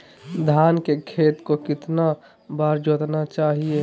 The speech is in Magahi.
धान के खेत को कितना बार जोतना चाहिए?